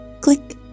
Click